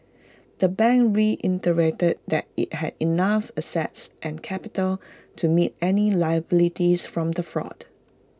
the bank reiterated that IT had enough assets and capital to meet any liabilities from the fraud